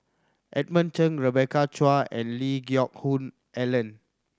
Edmund Cheng Rebecca Chua and Lee Geck Hoon Ellen